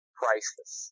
priceless